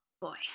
boy